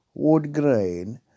Woodgrain